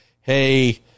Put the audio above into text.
hey